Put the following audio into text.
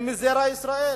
הם מזרע ישראל,